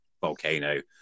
volcano